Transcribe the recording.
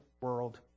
world